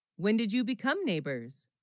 when did you become neighbors